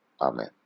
Amen